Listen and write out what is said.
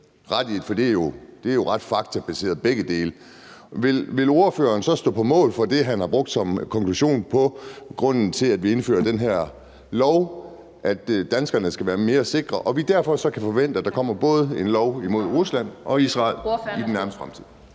dele er jo ret faktabaseret. Vil ordføreren så stå på mål for det, han har brugt som konklusion på grunden til, at vi indfører den her lov, altså at danskerne skal være mere sikre, og at vi derfor så kan forvente, at der både kommer en lov med Rusland og mod Israel i den nærmeste fremtid?